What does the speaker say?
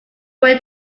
away